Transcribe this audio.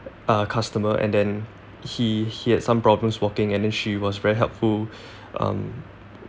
uh customer and then he he had some problems walking and then she was very helpful um